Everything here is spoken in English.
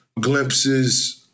glimpses